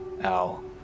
Al